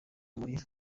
muri